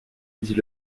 dit